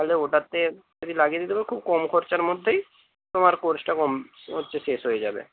তাহলে ওটাতে যদি লাগিয়ে দিতে পারো খুব কম খরচার মধ্যেই তোমার কোর্সটা কম হচ্ছে শেষ হয়ে যাবে